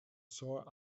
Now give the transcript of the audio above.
sore